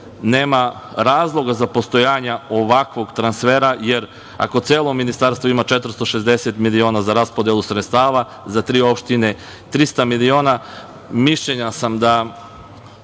razloga za postojanje ovakvog transfera. Ako celo Ministarstvo ima 460 miliona za raspodelu sredstava, za tri opštine 300 miliona, mišljenja sam da